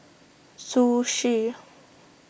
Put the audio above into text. Zhu Xu